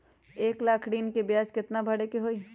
एक लाख ऋन के ब्याज केतना भरे के होई?